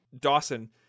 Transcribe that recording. Dawson